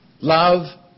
love